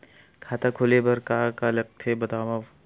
खाता खोले बार का का लगथे बतावव?